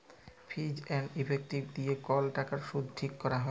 ফিজ এল্ড ইফেক্টিভ দিঁয়ে কল টাকার সুদ ঠিক ক্যরা হ্যয়